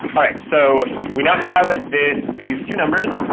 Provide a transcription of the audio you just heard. all right, so we now have this these two numbers,